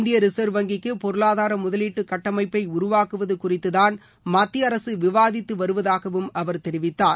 இந்திய ரிசர்வ் வங்கிக்கு பொருளாதார முதலீட்டு கட்டமைப்பை உருவாக்குவது குறித்துதான் மத்திய அரசு விவாதித்து வருவதாகவும் அவர் தெரிவித்தார்